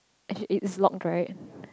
as it is log right